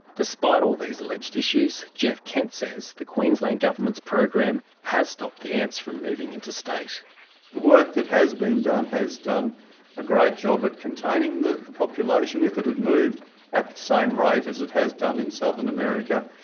despite all these alleged issues, geoff kent says the queensland government's program has stopped the ants from moving interstate. the work that has been done has done a great job at containing the the population. if it had moved at the same rate as it has done in southern america,